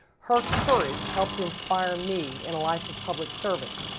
her courage helped inspire me in a life of public service,